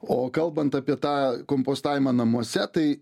o kalbant apie tą kompostavimą namuose tai